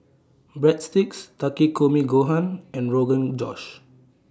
Breadsticks Takikomi Gohan and Rogan Josh